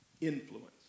influence